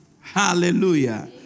Hallelujah